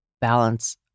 balance